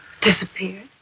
Disappeared